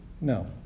No